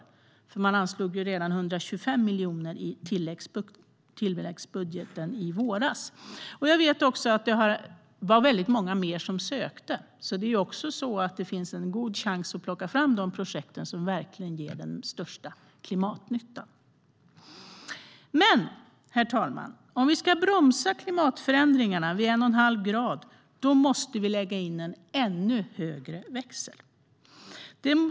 Regeringen anslog ju 125 miljoner i tilläggsbudgeten i våras. Jag vet att många fler sökte, så det finns en god chans om man plockar fram de projekt som verkligen ger den största klimatnyttan. Men, herr talman, om vi ska bromsa klimatförändringarna vid en och en halv grad måste vi lägga in en ännu högre växel.